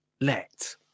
let